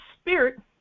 spirit